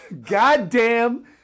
goddamn